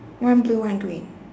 one blue one green